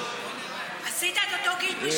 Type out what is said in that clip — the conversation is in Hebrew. רצית לעשות טיהור.